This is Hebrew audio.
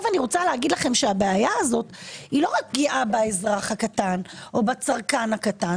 הבעיה הזו לא רק פגיעה באזרח או בצרכן הקטן